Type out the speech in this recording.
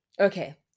Okay